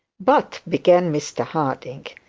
but began mr harding.